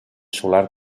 solar